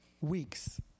weeks